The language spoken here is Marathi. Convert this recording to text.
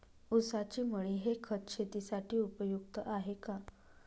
ऊसाची मळी हे खत शेतीसाठी उपयुक्त आहे का?